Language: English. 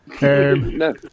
No